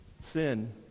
Sin